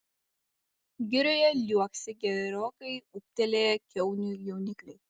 girioje liuoksi gerokai ūgtelėję kiaunių jaunikliai